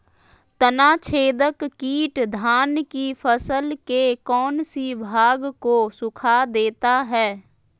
तनाछदेक किट धान की फसल के कौन सी भाग को सुखा देता है?